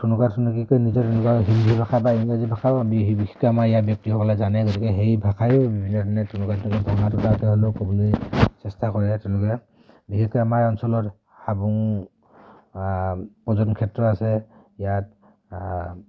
ঠুনুকা ঠুনুককৈ নিজৰ তেনেকুৱা হিন্দী ভাষা বা ইংৰাজী ভাষাও বিশেষকৈ আমাৰ ইয়াৰ ব্যক্তিসকলে জানে গতিকে সেই ভাষায়ো বিভিন্ন ধৰণে ঠুনুকা ঠুনুক ভঙা তুতা তেও হ'লেও ক'বলৈ চেষ্টা কৰে তেওঁলোকে বিশেষকৈ আমাৰ এই অঞ্চলত হাবুং পৰ্যটন ক্ষেত্ৰ আছে ইয়াত